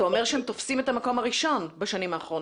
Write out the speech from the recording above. אתה אומר שהם תופסים את המקום הראשון בשנים האחרונות.